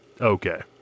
Okay